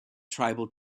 tribal